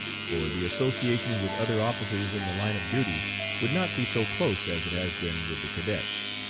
for the association with other officers in the line of duty would not be so close as it has been with the cadets.